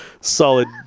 solid